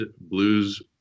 blues